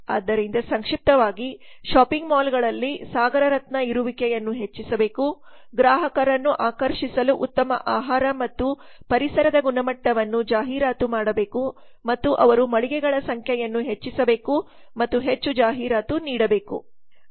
ಆದ್ದರಿಂದ ಸಂಕ್ಷಿಪ್ತವಾಗಿ 1409ಶಾಪಿಂಗ್ ಮಾಲ್ಗಳಲ್ಲಿ ಸಾಗರ್ ರತ್ನ ಇರುವಿಕೆಯನ್ನು ಹೆಚ್ಚಿಸಬೇಕು ಗ್ರಾಹಕರನ್ನು ಆಕರ್ಷಿಸಲು ಉತ್ತಮ ಆಹಾರ ಮತ್ತು ಪರಿಸರದ ಗುಣಮಟ್ಟವನ್ನು ಜಾಹೀರಾತು ಮಾಡಬೇಕು ಮತ್ತು ಅವರು ಮಳಿಗೆಗಳ ಸಂಖ್ಯೆಯನ್ನು ಹೆಚ್ಚಿಸಬೇಕು ಮತ್ತು ಹೆಚ್ಚು ಜಾಹೀರಾತು ನೀಡಬೇಕು